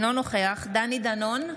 אינו נוכח דני דנון,